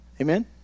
Amen